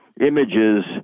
images